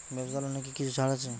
ব্যাবসার লোনে কি কিছু ছাড় আছে?